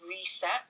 reset